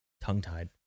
tongue-tied